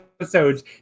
episodes